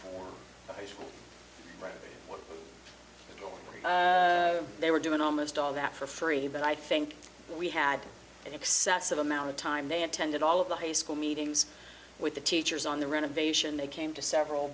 when they were doing almost all that for free but i think we had an excessive amount of time they attended all of the high school meetings with the teachers on the renovation they came to several